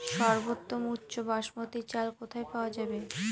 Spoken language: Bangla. সর্বোওম উচ্চ বাসমতী চাল কোথায় পওয়া যাবে?